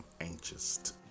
anxious